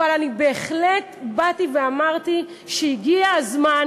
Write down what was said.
אבל אני בהחלט באתי ואמרתי שהגיע הזמן